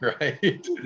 right